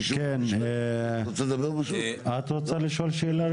את רוצה לשאול שאלה?